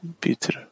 Peter